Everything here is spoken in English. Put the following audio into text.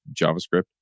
JavaScript